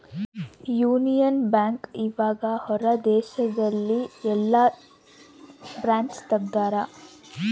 Union bank ಇವಗ ಹೊರ ದೇಶದಲ್ಲಿ ಯೆಲ್ಲ ಬ್ರಾಂಚ್ ತೆಗ್ದಾರ